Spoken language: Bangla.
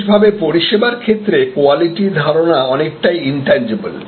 বিশেষ ভাবে পরিষেবার ক্ষেত্রে কোয়ালিটি ধারণা অনেকটাই ইনট্যানজিবল